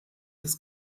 des